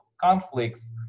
conflicts